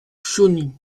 chauny